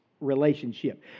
relationship